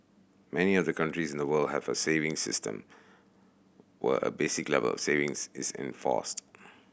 many of the countries in the world have a savings system where a basic level savings is enforced